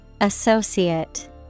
Associate